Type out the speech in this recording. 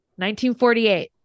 1948